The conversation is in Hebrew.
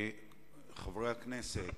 חברי הכנסת,